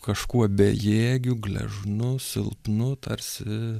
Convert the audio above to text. kažkuo bejėgiu gležnu silpnu tarsi